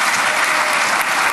(מחיאות כפיים)